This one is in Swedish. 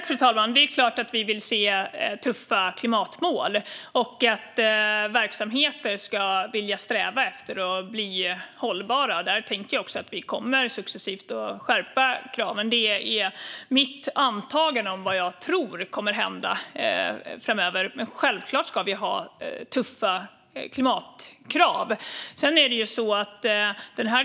Fru talman! Det är klart att vi vill se tuffa klimatmål och att verksamheter ska vilja sträva efter att bli hållbara. Där tänker jag också att vi successivt kommer att skärpa kraven. Det är mitt antagande om vad som kommer att hända framöver. Men självklart ska vi ha tuffa klimatkrav.